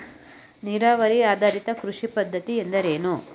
ನೀರಾವರಿ ಆಧಾರಿತ ಕೃಷಿ ಪದ್ಧತಿ ಎಂದರೇನು?